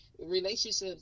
relationships